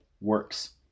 works